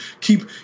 Keep